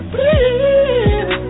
Please